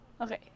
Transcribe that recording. Okay